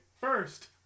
First